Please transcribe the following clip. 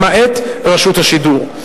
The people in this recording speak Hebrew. למעט רשות השידור.